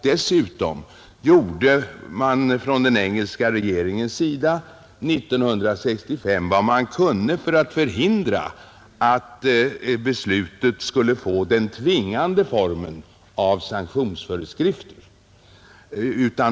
Dessutom gjorde man från den engelska regeringens sida 1965 vad man kunde för att förhindra att beslutet skulle få den tvingande formen av sanktionsföreskrift.